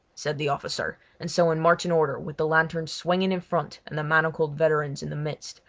said the officer, and so in marching order, with the lanterns swinging in front and the manacled veterans in the midst,